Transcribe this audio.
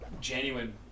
Genuine